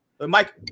Mike